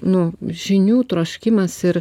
nu žinių troškimas ir